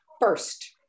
first